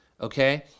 Okay